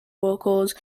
workers